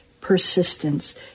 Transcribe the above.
persistence